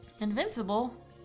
Invincible